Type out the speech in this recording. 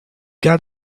got